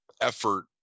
effort